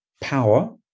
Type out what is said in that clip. power